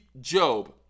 Job